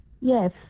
Yes